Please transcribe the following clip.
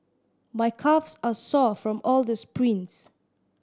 my calves are sore from all the sprints